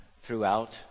throughout